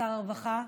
שר הרווחה.